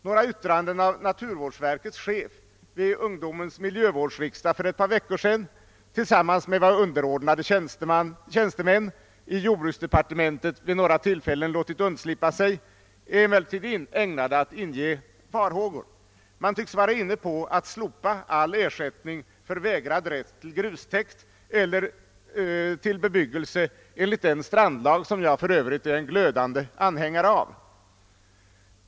Några yttranden av naturvårdsverkets chef vid ungdomens miljövårdsriksdag för ett par veckor sedan tillsammans med vad underordnade tjäns temän i jordbruksdepartementet vid andra tillfällen låtit undslippa sig är emellertid ägnade att inge farhågor. Man tycks vara inne på att slopa all ersättning för vägrad rätt till grustäkt eller till bebyggelse enligt den strandlag som jag för övrigt är en glödande anhängare av.